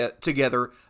together